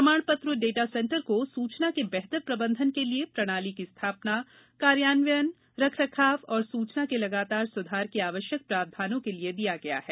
प्रमाण पत्र data centre को सूचना के बेहतर प्रबंधन के लिये प्रणाली की स्थापना कार्यान्वयन रख रखाव और सुचना के लगातार सुधार के आवश्यक प्रावधान के लिए दिया गया है